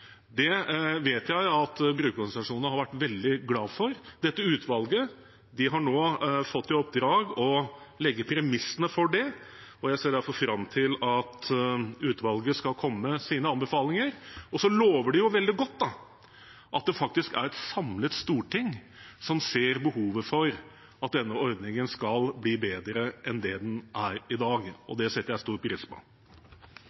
Det vet jeg at brukerorganisasjonene har vært veldig glad for. Dette utvalget har nå fått i oppdrag å legge premissene for det, og jeg ser derfor fram til at utvalget skal komme med sine anbefalinger. Det lover veldig godt at det faktisk er et samlet storting som ser behovet for at denne ordningen skal bli bedre enn den er i dag. Det setter jeg stor pris på. Jeg snakker ofte om at man må skape pasientene og